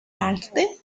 parte